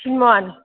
थिनमन